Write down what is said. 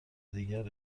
دیگر